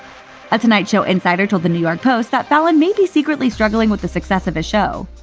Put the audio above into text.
a tonight show insider told the new york post that fallon may be secretly struggling with the success of his show.